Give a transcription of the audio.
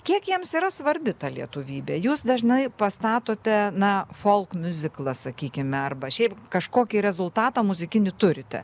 kiek jiems yra svarbi ta lietuvybė jūs dažnai pastatote na folk miuziklą sakykime arba šiaip kažkokį rezultatą muzikinį turite